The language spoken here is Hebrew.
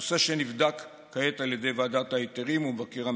נושא שנבדק כעת על ידי ועדת ההיתרים ומבקר המדינה,